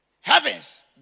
heavens